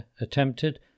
attempted